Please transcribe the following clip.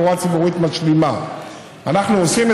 לתת, ואנחנו הבנו את